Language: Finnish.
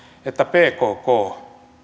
että pkk